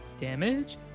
damage